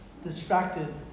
Distracted